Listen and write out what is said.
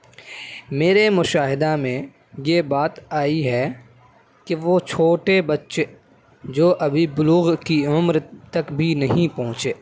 میرے مشاہدہ میں یہ بات آئی ہے کہ وہ چھوٹے بچے جو ابھی بلوغ کی عمر تک بھی نہیں پہنچے